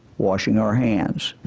washing our hands,